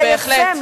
בהחלט.